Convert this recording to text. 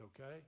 okay